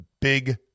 Big